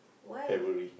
why